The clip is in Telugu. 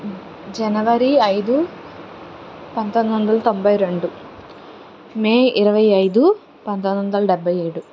జనవరి ఐదు పంతొమ్మిది వందల తొంభై రెండు మే ఇరవై ఐదు పంతొమ్మిది వందల డెబ్బై ఏడు